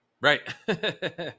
Right